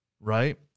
right